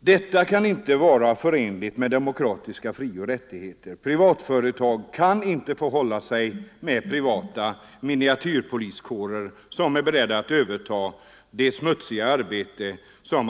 Detta kan inte vara förenligt med demokratiska frioch rättigheter. Privatföretag kan inte få hålla sig med privata miniatyrpoliskårer, som är beredda att överta det smutsiga arbetet